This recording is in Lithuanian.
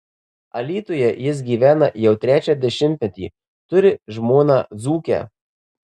alytuje jis gyvena jau trečią dešimtmetį turi žmoną dzūkę